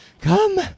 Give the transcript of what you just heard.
Come